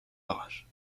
barrage